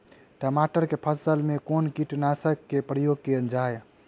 टमाटर केँ फसल मे कुन कीटनासक केँ प्रयोग कैल जाय?